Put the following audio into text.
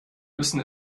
müssen